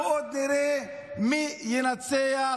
ואנחנו עוד נראה מי ינצח.